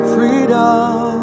Freedom